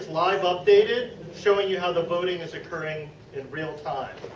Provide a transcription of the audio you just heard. live updated showing you how the voting is occurring in real time.